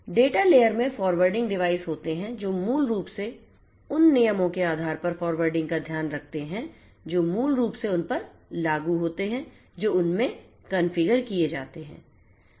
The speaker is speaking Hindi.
डेटा लेयर में फ़ॉरवर्डिंग डिवाइस होते हैं जो मूल रूप से उन नियमों के आधार पर फ़ॉरवर्डिंग का ध्यान रखते हैं जो मूल रूप से उन पर लागू होते हैं जो उनमें कॉन्फ़िगर किए गए हैं